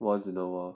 once in a while